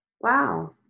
Wow